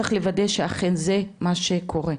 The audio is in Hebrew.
צריך לוודא שאכן זה מה שקורה.